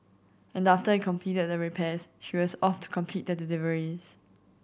and after he completed the repairs she was off to complete the deliveries